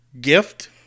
gift